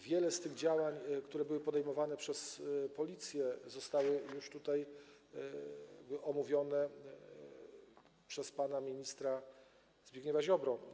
Wiele z tych działań, które były podejmowane przez Policję, zostały już tutaj omówione przez pana ministra Zbigniewa Ziobrę.